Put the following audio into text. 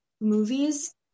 movies